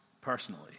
personally